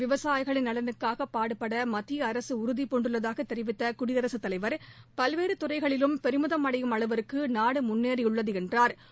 விவசாயிகளின் நலனுக்காக பாடுபட மத்திய அரசு உறுதி பூண்டுள்ளதாக தெரிவித்த குடியரசுத் தலைவா் பல்வேறு துறைகளிலும் பெருமிதம் அடையும் அளவிற்கு நாடு முன்னேறியுள்ளது என்றாா்